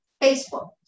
Facebook